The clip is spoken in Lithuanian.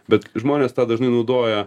bet žmonės dažnai naudoja